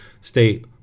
stay